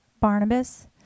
Barnabas